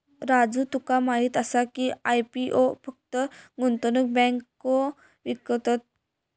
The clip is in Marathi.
राजू तुका माहीत आसा की, आय.पी.ओ फक्त गुंतवणूक बँको विकतत?